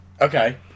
Okay